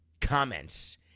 comments